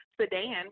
sedan